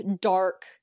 dark